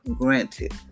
granted